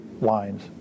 lines